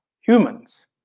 humans